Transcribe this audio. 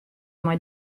mei